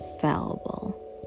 fallible